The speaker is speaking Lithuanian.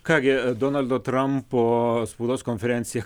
ką gi donaldo trampo spaudos konferencija